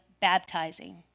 baptizing